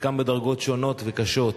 חלקם בדרגות שונות וקשות.